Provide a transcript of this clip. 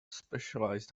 specialized